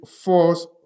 false